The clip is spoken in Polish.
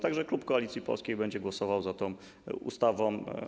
Tak że klub Koalicji Polskiej będzie głosował za tą ustawą.